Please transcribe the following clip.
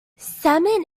salmon